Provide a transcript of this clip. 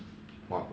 !wah!